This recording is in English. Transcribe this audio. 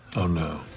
oh, no.